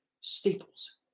staples